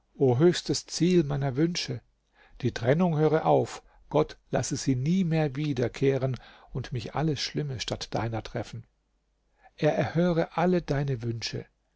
höchstes ziel meiner wünsche die trennung höre auf gott lasse sie nie mehr wiederkehren und mich alles schlimme statt deiner treffen er erhöre alle deine wünsche